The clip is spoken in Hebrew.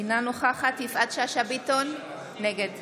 אינה נוכחת יפעת שאשא ביטון, נגד